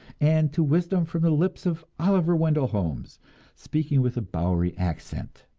and to wisdom from the lips of oliver wendell holmes speaking with a bowery accent.